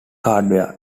hardware